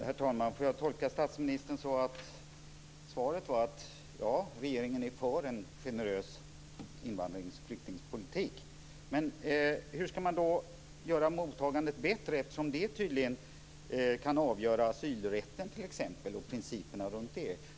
Herr talman! Kan jag tolka statsministerns svar som att regeringen är för en generös invandrings och flyktingpolitik? Men jag undrar hur man ska göra mottagandet bättre, eftersom det tydligen ska avgöra asylrätten och principerna kring den.